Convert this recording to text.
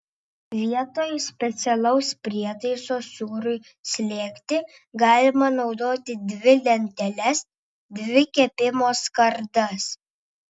vietoj specialaus prietaiso sūriui slėgti galima naudoti dvi lenteles dvi kepimo skardas